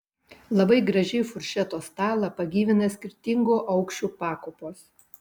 labai gražiai furšeto stalą pagyvina skirtingo aukščio pakopos